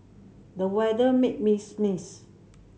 the weather made me sneeze